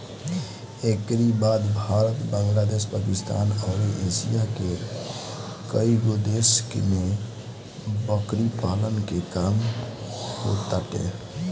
एकरी बाद भारत, बांग्लादेश, पाकिस्तान अउरी एशिया के कईगो देश में बकरी पालन के काम होताटे